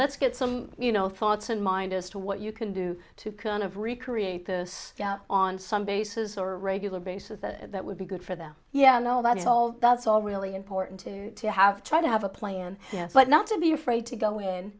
let's get some you know thoughts in mind as to what you can do to kind of recreate this on some basis or regular basis that would be good for them yeah i know that is all that's all really important to have try to have a plan but not to be afraid to go in